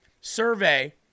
survey